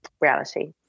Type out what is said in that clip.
reality